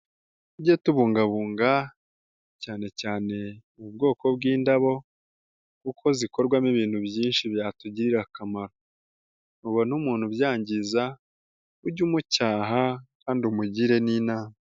Tujye tubungabunga cyanecyane ubu bwoko bw'indabo kuko zikorwamo ibintu byinshi byatugirira akamaro ubone umuntu ubyangiza ujye umucyaha kandi umugire n'inama.